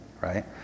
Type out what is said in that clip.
right